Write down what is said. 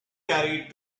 carried